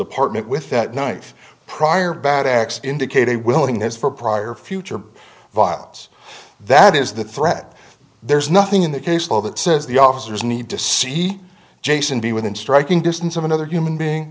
apartment with that knife prior bad acts indicate a willingness for prior future violence that is the threat there is nothing in the case law that says the officers need to see jason be within striking distance of another human being